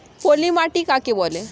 পলি মাটি কাকে বলে?